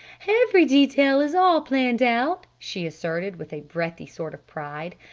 every detail is all planned out! she asserted with a breathy sort of pride.